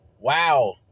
Wow